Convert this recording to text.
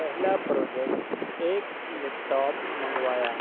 پہلا پروڈیکٹ ایک laptop منگوایا